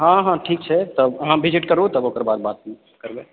हाँ हाँ ठीक छै तब अहाँ भिजिट करू तकर बाद बात करबै